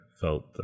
felt